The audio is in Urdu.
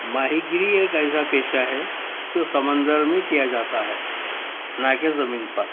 ماہی گیر ایک ایسا پیشہ ہے جو سمندر میں کیا جاتا ہے نہ کہ زمین پر